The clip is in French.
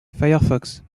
firefox